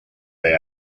they